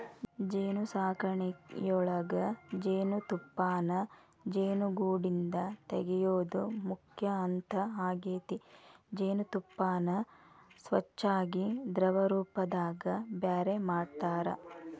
ಜೇನುಸಾಕಣಿಯೊಳಗ ಜೇನುತುಪ್ಪಾನ ಜೇನುಗೂಡಿಂದ ತಗಿಯೋದು ಮುಖ್ಯ ಹಂತ ಆಗೇತಿ ಜೇನತುಪ್ಪಾನ ಸ್ವಚ್ಯಾಗಿ ದ್ರವರೂಪದಾಗ ಬ್ಯಾರೆ ಮಾಡ್ತಾರ